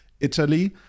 Italy